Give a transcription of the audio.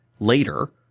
Later